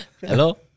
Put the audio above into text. Hello